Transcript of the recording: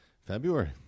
February